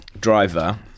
driver